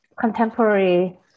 Contemporary